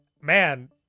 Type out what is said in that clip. man